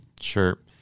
sure